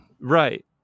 Right